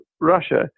Russia